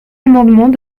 amendement